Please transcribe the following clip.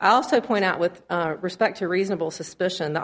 i also point out with respect to reasonable suspicion the